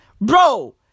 Bro